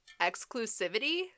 exclusivity